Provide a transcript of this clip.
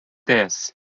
theirs